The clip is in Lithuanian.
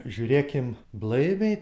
žiūrėkim blaiviai